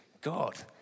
God